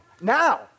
now